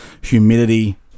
humidity